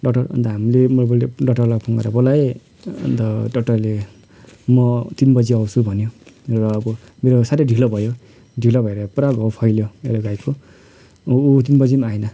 doctor अन्त हामीले डक्टरलाई फोन गरेर बोलाएँ डक्टरले म तिन बजी आउँछु भन्यो र अब मेरो साह्रै ढिलो भयो ढिलो भएर पुरा घाउ फैलियो मेरो गाईको ऊ तिन बजी पनि आएन